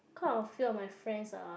cause a few of my friends are